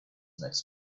next